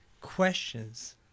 questions